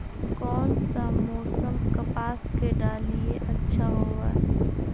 कोन सा मोसम कपास के डालीय अच्छा होबहय?